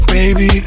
Baby